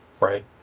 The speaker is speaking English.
right